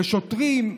ושוטרים,